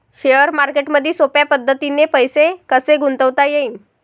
Share मार्केटमधी सोप्या पद्धतीने पैसे कसे गुंतवता येईन?